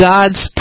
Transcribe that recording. God's